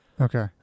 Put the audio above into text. Okay